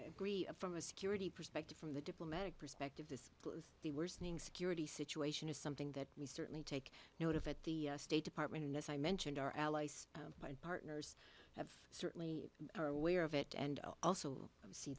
so from a security perspective from the diplomatic perspective is the worsening security situation is something that we certainly take note of at the state department and as i mentioned our allies like partners have certainly are aware of it and also